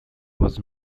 was